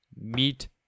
meet